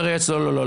אומר היועץ: לא,